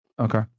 Okay